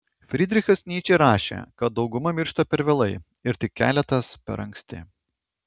frydrichas nyčė rašė kad dauguma miršta per vėlai ir tik keletas per anksti